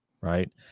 right